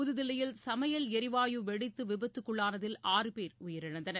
புதுதில்லியில் சமையல் எரிவாயு வெடித்து விபத்துக்குள்ளானதில் ஆறு பேர் உயிரிழந்தனர்